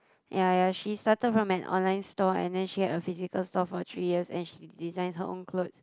ya ya she started from an online store and then she had a physical store for three years and she designs her own cloth